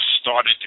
started